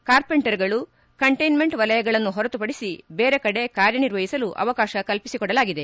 ಕಾರ್ಪೆಂಟರ್ಗಳು containment ವಲಯಗಳನ್ನು ಹೊರತುಪಡಿಸಿ ಬೇರೆಕಡೆ ಕಾರ್ಯನಿರ್ವಹಿಸಲು ಅವಕಾಶ ಕಲ್ಪಿಸಿಕೊಡಲಾಗಿದೆ